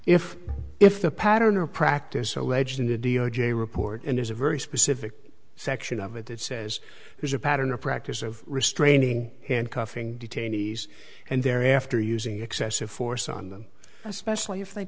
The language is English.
if if the pattern or practice alleged in the d o j report and there's a very specific section of it that says there's a pattern or practice of restraining handcuffing detainees and thereafter using excessive force on them especially if they